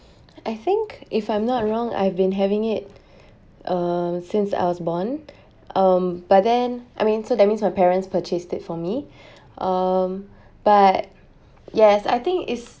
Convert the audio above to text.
I think if I'm not wrong I have been having it uh since I was born um but then I mean so that means my parents purchased it for me um but yes I think it's